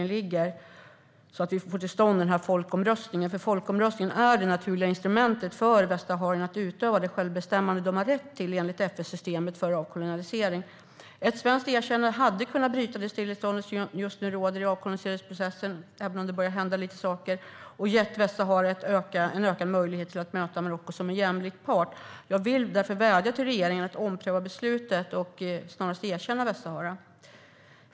Det handlar om att få till stånd den här folkomröstningen. Folkomröstningen är det naturliga instrumentet för västsaharierna när det gäller att utöva det självbestämmande de har rätt till enligt FN-systemet för avkolonisering. Ett svenskt erkännande hade kunnat bryta det stillestånd som just nu råder i avkoloniseringsprocessen, även om det börjar hända lite saker, och ge Västsahara en ökad möjlighet att möta Marocko som en jämlik part. Jag vill därför vädja till regeringen att ompröva beslutet och snarast erkänna Västsahara.